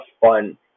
fun